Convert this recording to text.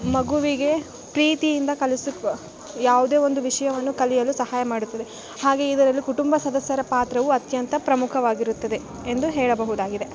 ಮಗುವಿಗೆ ಪ್ರೀತಿಯಿಂದ ಕಲುಸು ಯಾವುದೇ ಒಂದು ವಿಷಯವನ್ನು ಕಲಿಯಲು ಸಹಾಯ ಮಾಡುತ್ತದೆ ಹಾಗೇ ಇದರಲ್ಲು ಕುಟುಂಬ ಸದಸ್ಯರ ಪಾತ್ರವು ಅತ್ಯಂತ ಪ್ರಮುಖವಾಗಿರುತ್ತದೆ ಎಂದು ಹೇಳಬಹುದಾಗಿದೆ